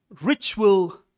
Ritual